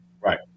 Right